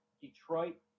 detroit